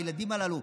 הילדים הללו,